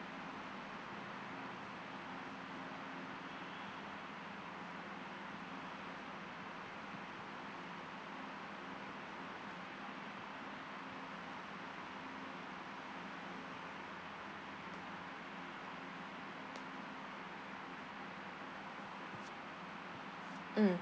mm